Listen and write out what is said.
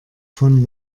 von